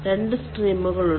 2 സ്ട്രീമുകൾ ഉണ്ട്